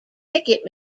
ticket